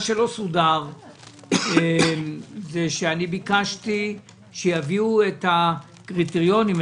מה שלא סודר זה שאני ביקשתי שיביאו את הקריטריונים,